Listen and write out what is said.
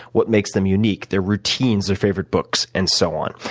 what makes them unique, their routines, their favorite books and so on.